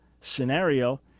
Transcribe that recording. scenario